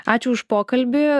ačiū už pokalbį